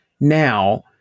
Now